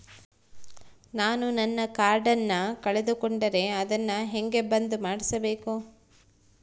ನಾನು ನನ್ನ ಕಾರ್ಡನ್ನ ಕಳೆದುಕೊಂಡರೆ ಅದನ್ನ ಹೆಂಗ ಬಂದ್ ಮಾಡಿಸಬೇಕು?